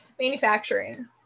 manufacturing